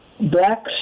black